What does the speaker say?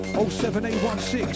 07816